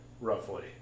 roughly